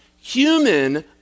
human